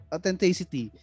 Authenticity